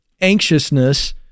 anxiousness